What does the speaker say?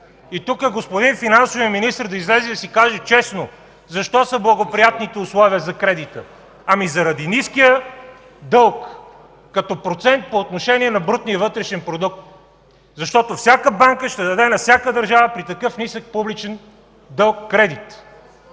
Господин финансовият министър да излезе тук и да си каже честно защо са благоприятните условия за кредита? Ами заради ниския дълг като процент по отношение на брутния вътрешен продукт! Всяка банка ще даде на всяка държава кредит при такъв нисък публичен дълг.